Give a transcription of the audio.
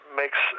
makes